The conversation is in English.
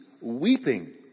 weeping